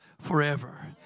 forever